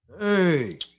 hey